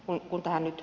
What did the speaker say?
lopulta nyt